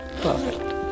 Perfect